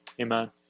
Amen